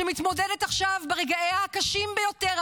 שמתמודדת עכשיו ברגעיה הקשים ביותר,